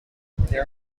there